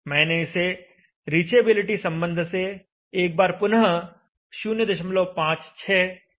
मैंने इसे रिचेबिलिटी संबंध से एक बार पुनः 056 तय किया है